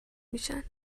میشن